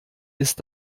ist